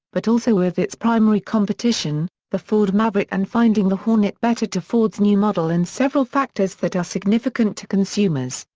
but also with its primary competition, the ford maverick and finding the hornet better to ford's new model in several factors that are significant to consumers,